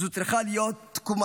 זו צריכה להיות תקומה.